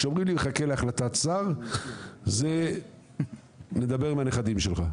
כשאומרים לי 'מחכה להחלטת שר' זה 'נדבר עם הנכדים שלך'.